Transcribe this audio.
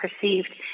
perceived